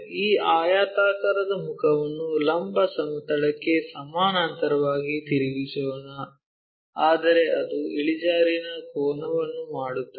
ಈ ಆಯತಾಕಾರದ ಮುಖವನ್ನು ಲಂಬ ಸಮತಲಕ್ಕೆ ಸಮಾನಾಂತರವಾಗಿ ತಿರುಗಿಸೋಣ ಆದರೆ ಅದು ಇಳಿಜಾರಿನ ಕೋನವನ್ನು ಮಾಡುತ್ತದೆ